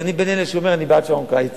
אז אני בין אלה שאומר שאני בעד שעון קיץ,